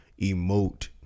emote